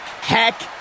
Heck